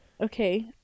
Okay